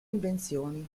invenzioni